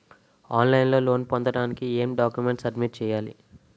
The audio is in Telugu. ఆన్ లైన్ లో లోన్ పొందటానికి ఎం డాక్యుమెంట్స్ సబ్మిట్ చేయాలి?